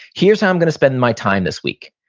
here's how i'm going to spend my time this week.